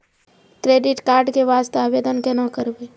Credit card के वास्ते आवेदन केना करबै?